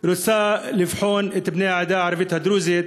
רוצה לבחון את בני העדה הערבית הדרוזית,